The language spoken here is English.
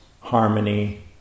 harmony